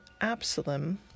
Absalom